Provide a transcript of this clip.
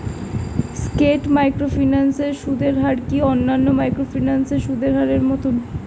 স্কেট microfinance এর সুদের হার কি অন্যান্য মাইক্রোফিন্যান্স এর সুদের হারের মতন?